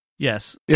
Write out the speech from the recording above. Yes